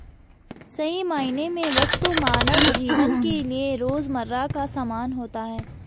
सही मायने में वस्तु मानव जीवन के लिये रोजमर्रा का सामान होता है